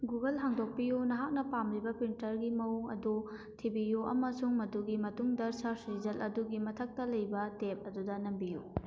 Google ꯍꯥꯡꯗꯣꯛꯄꯤꯌꯨ ꯅꯍꯥꯛꯅ ꯄꯥꯝꯂꯤꯕ ꯄ꯭ꯔꯤꯟꯇꯔꯒꯤ ꯃꯑꯣꯡ ꯑꯗꯨ ꯊꯤꯕꯤꯌꯨ ꯑꯃꯁꯨꯡ ꯃꯗꯨꯒꯤ ꯃꯇꯨꯡꯗ ꯁꯔꯁ ꯔꯤꯖꯜ ꯑꯗꯨꯒꯤ ꯃꯊꯛꯇ ꯂꯩꯕ ꯇꯦꯞ ꯑꯗꯨꯗ ꯅꯝꯕꯤꯌꯨ